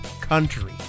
country